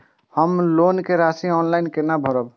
हम लोन के राशि ऑनलाइन केना भरब?